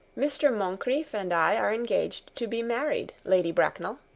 mr. moncrieff and i are engaged to be married, lady bracknell.